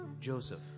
Joseph